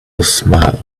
small